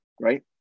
right